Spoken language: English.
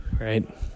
right